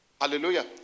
Hallelujah